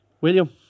William